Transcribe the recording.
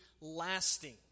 lasting